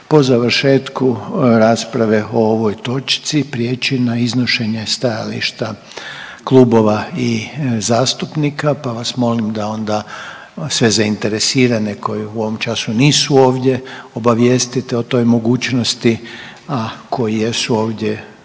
po završetku rasprave o ovoj točci prijeći na iznošenje stajališta klubova i zastupnika pa vas molim da onda sve zainteresirane koji u ovom času nisu ovdje obavijestite o toj mogućnosti, a koji jesu ovdje